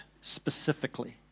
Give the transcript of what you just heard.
specifically